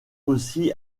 aussi